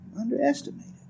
Underestimated